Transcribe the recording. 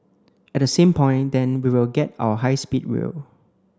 at the same point then we will get our high speed rail